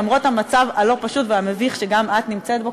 למרות המצב הלא-פשוט והמביך שגם את נמצאת בו,